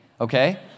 okay